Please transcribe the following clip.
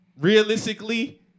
realistically